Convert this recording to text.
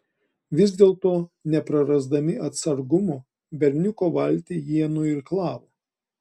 vis dėlto neprarasdami atsargumo berniuko valtį jie nuirklavo